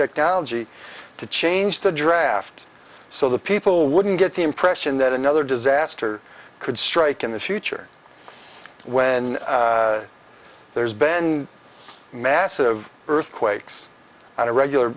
technology to change the draft so that people wouldn't get the impression that another disaster could strike in the future when there's been massive earthquakes not a regular